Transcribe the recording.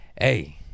Hey